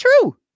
true